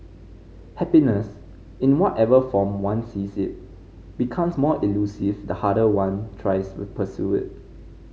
happiness in whatever form one sees it becomes more elusive the harder one tries to pursue it